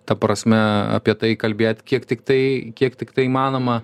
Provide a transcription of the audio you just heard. ta prasme apie tai kalbėt kiek tiktai kiek tiktai įmanoma